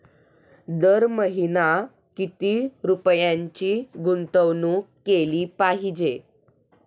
दर महिना किती रुपयांची गुंतवणूक केली पाहिजे?